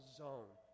zone